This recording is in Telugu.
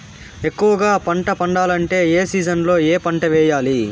ఎక్కువగా పంట పండాలంటే ఏ సీజన్లలో ఏ పంట వేయాలి